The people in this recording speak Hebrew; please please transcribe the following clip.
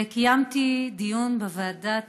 וקיימתי דיון בוועדה